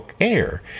Air